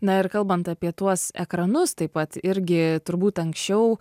na ir kalbant apie tuos ekranus taip pat irgi turbūt anksčiau